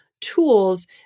tools